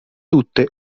tutte